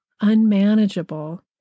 unmanageable